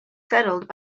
settled